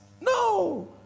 No